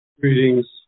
Greetings